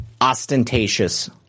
ostentatious